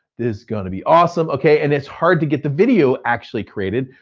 this is gonna be awesome okay and it's hard to get the video actually created.